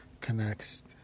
connects